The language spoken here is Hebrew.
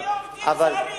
אבל, אז בלי עובדים זרים.